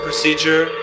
Procedure